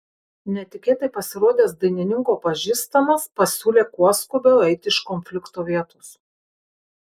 netikėtai pasirodęs dainininko pažįstamas pasiūlė kuo skubiau eiti iš konflikto vietos